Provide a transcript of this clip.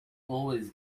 always